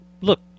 look